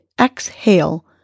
exhale